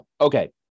Okay